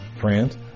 Friends